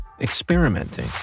experimenting